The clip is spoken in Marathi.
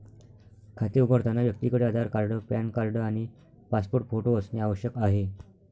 खाते उघडताना व्यक्तीकडे आधार कार्ड, पॅन कार्ड आणि पासपोर्ट फोटो असणे आवश्यक आहे